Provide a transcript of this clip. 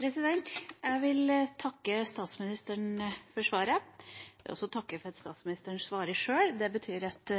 Jeg vil takke statsministeren for svaret. Jeg vil også takke for at statsministeren svarer sjøl. Det betyr at